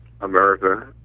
America